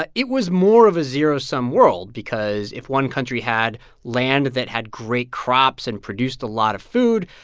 but it was more of a zero-sum world because if one country had land that had great crops and produced a lot of food,